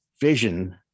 vision